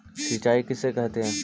सिंचाई किसे कहते हैं?